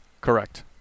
Correct